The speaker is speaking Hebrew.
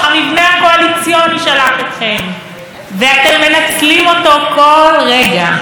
המבנה הקואליציוני שלח אתכם ואתם מנצלים אותו כל רגע.